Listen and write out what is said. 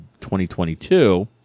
2022